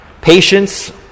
Patience